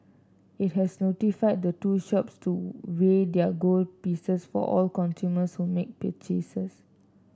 it has notified the two shops to weigh their gold pieces for all consumers who make purchases